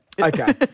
okay